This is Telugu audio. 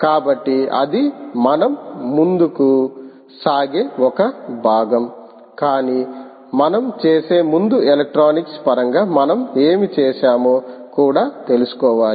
కాబట్టి అది మనం ముందుకు సాగే ఒక భాగం కాని మనం చేసే ముందు ఎలక్ట్రానిక్స్ పరంగా మనం ఏమి చేసామో కూడా తెలుసుకోవాలి